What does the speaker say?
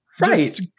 Right